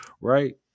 right